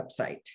website